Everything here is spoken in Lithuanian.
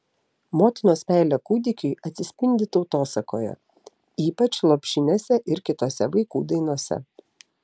motinos meilė kūdikiui atsispindi tautosakoje ypač lopšinėse ir kitose vaikų dainose